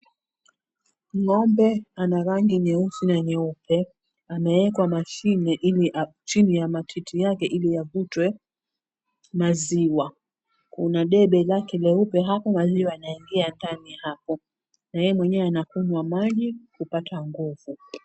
Ng'ombe ana rangi nyeusi na nyeupe amewekwa mashine chini ya matiti yake ili avutwe maziwa. Kuna debe lake leupe hapo maziwa yanaingia ndani hapo na yeye mwenyewe anakunywa maji kupata nguvu.